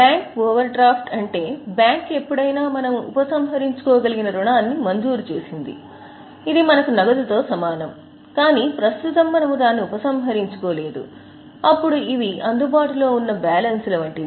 bank overdraft అంటే bank ఎప్పుడైనా మనము ఉపసంహరించుకోగలిగిన రుణాన్ని మంజూరు చేసింది ఇది మనకు నగదుతో సమానం కానీ ప్రస్తుతం మనము దానిని ఉపసంహరించుకోలేదు అప్పుడు ఇవి అందుబాటులో ఉన్న బ్యాలెన్స్ల వంటివి